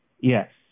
Yes